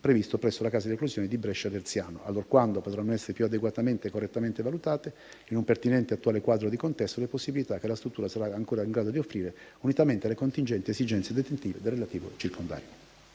previsto presso la casa di reclusione di Brescia Verziano, allorquando potranno essere più adeguatamente e correttamente valutate, in un pertinente e attuale quadro di contesto, le possibilità che la struttura sarà ancora in grado di offrire, unitamente alle contingenti esigenze detentive del relativo circondario.